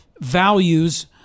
values